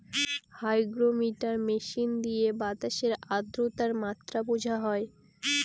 hygrometer machine দিয়ে বাতাসের আদ্রতার মাত্রা বোঝা হয়